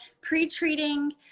pre-treating